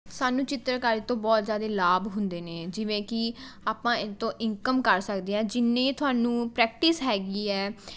ਸਾਨੂੰ ਚਿੱਤਰਕਾਰੀ ਤੋਂ ਬਹੁਤ ਜ਼ਿਆਦੇ ਲਾਭ ਹੁੰਦੇ ਨੇ ਜਿਵੇਂ ਕਿ ਆਪਾਂ ਇੱਥੋਂ ਇਨਕਮ ਕਰ ਸਕਦੇ ਹਾਂ ਜਿੰਨੀ ਤੁਹਾਨੂੰ ਪ੍ਰੈਕਟਿਸ ਹੈਗੀ ਹੈ